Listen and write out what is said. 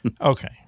Okay